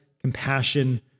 compassion